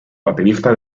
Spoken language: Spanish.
baterista